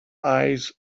eyes